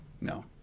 No